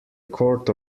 quart